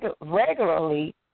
regularly